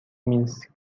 مینسک